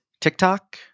TikTok